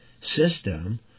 system